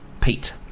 Pete